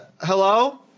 hello